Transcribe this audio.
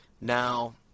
Now